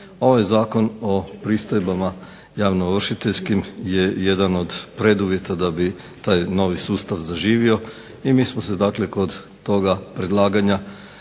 Ovaj Zakon o pristojbama javnoovršiteljskim je jedan od preduvjeta da bi taj novi sustav zaživo i mi smo se kod toga predlaganje